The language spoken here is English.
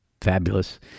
fabulous